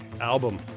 album